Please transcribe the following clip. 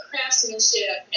craftsmanship